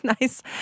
nice